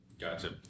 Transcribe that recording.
Gotcha